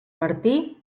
martí